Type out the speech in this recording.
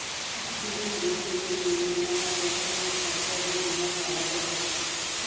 প্রতিবন্ধীদের জন্যে অনেক রকমের সরকারি বীমা পাওয়া যায়